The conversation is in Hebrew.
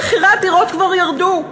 מבחינתך, מחירי הדירות כבר ירדו,